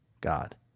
God